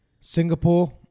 Singapore